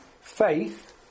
faith